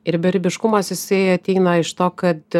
ir beribiškumas jisai ateina iš to kad